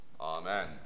Amen